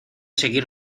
seguir